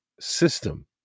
System